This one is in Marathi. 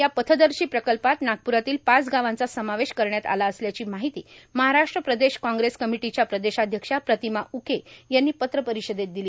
या पथदर्शी प्रकल्पात नागपुरातील पाच गावांचा समावेश करण्यात आला असल्याची माहिती महाराष्ट्र प्रदेश काँग्रेस कमिटीच्या प्रदेशाध्यक्षा प्रतिमा उके यांनी पत्रपरिषदेत दिली